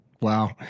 Wow